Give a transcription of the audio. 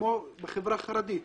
כמו בחברה החרדית.